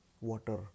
water